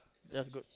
that's good